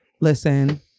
Listen